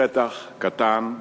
השטח קטן,